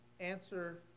answer